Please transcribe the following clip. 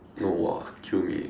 no !wah! kill me eh